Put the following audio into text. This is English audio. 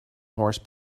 horse